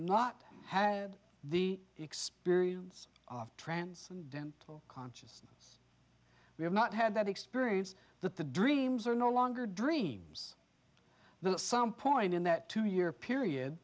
not had the experience of transcendental consciousness we have not had that experience that the dreams are no longer dreams there are some point in that two year